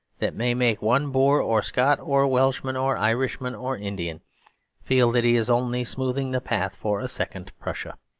that may make one boer or scot or welshman or irishman or indian feel that he is only smoothing the path for a second prussia.